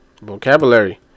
Vocabulary